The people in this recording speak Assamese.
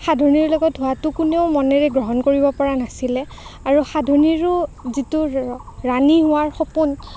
সাধনীৰ লগত হোৱাটো কোনেও মনেৰে গ্ৰহণ কৰিব পৰা নাছিলে আৰু সাধনীৰো যিটো ৰাণী হোৱাৰ সপোন